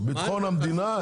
ביטחון המדינה,